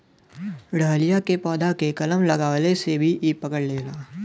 dahlia के पौधा के कलम लगवले से भी इ पकड़ लेवला